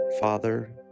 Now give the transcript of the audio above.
Father